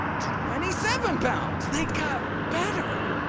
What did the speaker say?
twenty-seven pounds! they got better.